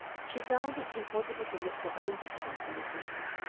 she found it impossible to look her own diffidence in the face.